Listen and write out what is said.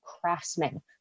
craftsmen